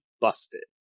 busted